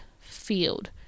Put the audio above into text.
field